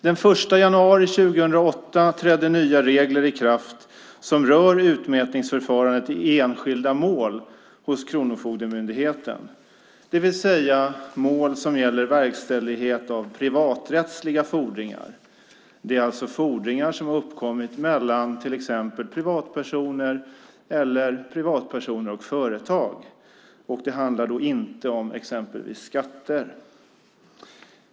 Den 1 januari 2008 trädde nya regler i kraft som rör utmätningsförfarandet i enskilda mål hos Kronofogdemyndigheten, det vill säga mål som gäller verkställighet av privaträttsliga fordringar. Det är alltså fordringar som har uppkommit mellan till exempel privatpersoner eller privatpersoner och företag. Det handlar inte om exempelvis skatter.